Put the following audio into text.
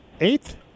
eighth